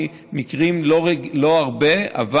אין הרבה מקרים,